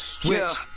Switch